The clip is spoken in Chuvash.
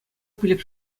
пилӗк